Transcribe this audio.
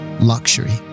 luxury